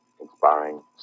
inspiring